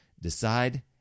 Decide